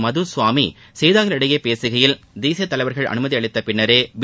மதுகவாமி செய்தியாளர்களிடம் பேசுகையில் தேசிய தலைவர்கள் அனுமதி அளித்த பின்னரே பி